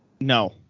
No